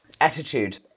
Attitude